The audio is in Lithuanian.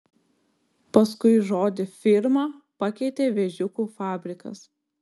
paskui žodį firma pakeitė vėžiukų fabrikas